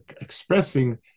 expressing